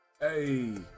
Hey